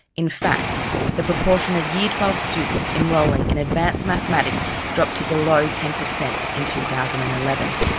in fact the proportion of year twelve students enrolling in advanced mathematics dropped to below ten percent in two thousand and eleven.